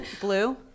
blue